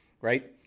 right